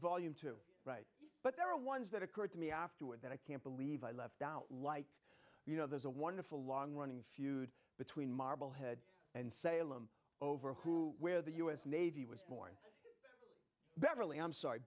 volume to write but there are ones that occurred to me afterward that i can't believe i left out like you know there's a wonderful long running feud between marblehead and salem over who where the u s navy was beverly i'm sorry